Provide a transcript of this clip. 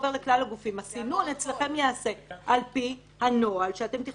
הסינון אצלכם ייעשה על פי הנוהל שאתם תכתבו.